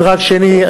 מדרג שני,